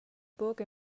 book